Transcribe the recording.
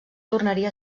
tornaria